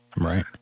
Right